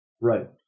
Right